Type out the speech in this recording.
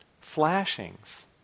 flashings